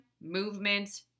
movement